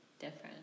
different